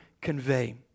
convey